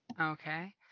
Okay